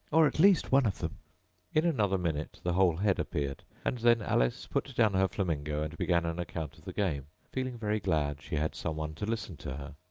or at least one of them in another minute the whole head appeared, and then alice put down her flamingo, and began an account of the game, feeling very glad she had someone to listen to her.